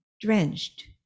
drenched